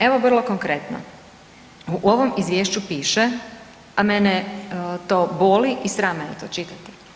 Evo, vrlo konkretno, u ovom Izvješću piše, a mene to boli i sram me je to čitati.